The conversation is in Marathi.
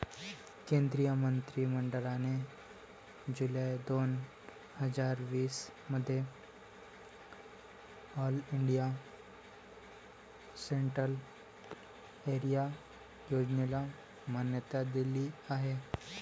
केंद्रीय मंत्रि मंडळाने जुलै दोन हजार वीस मध्ये ऑल इंडिया सेंट्रल एरिया योजनेला मान्यता दिली आहे